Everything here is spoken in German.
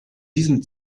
diesem